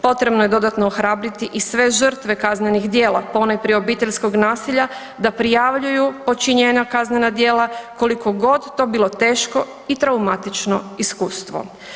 Potrebno je dodatno ohrabriti i sve žrtve kaznenih djela, ponajprije obiteljskog nasilja da prijavljuju počinjena kaznena djela koliko god to bilo teško i traumatično iskustvo.